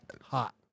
Hot